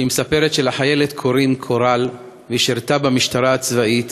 היא מספרת שלחיילת קוראים קורל והיא שירתה במשטרה הצבאית